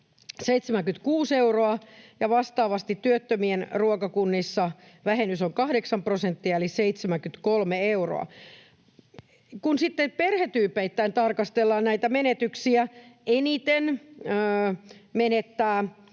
76 euroa, ja vastaavasti työttömien ruokakunnissa vähennys on 8 prosenttia eli 73 euroa. Kun sitten perhetyypeittäin tarkastellaan näitä menetyksiä, eniten menettävät